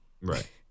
right